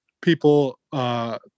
people –